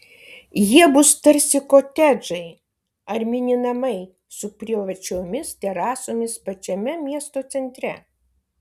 jie bus tarsi kotedžai ar mini namai su privačiomis terasomis pačiame miesto centre